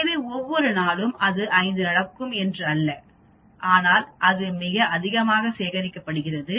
எனவே ஒவ்வொரு நாளும் அது 5 நடக்கும் என்று அல்ல ஆனால் அது மிக அதிகமாக சேகரிக்கப்படுகிறது